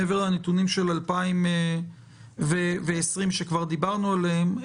מעבר לנתונים של 2020 שכבר דיברנו עליהם,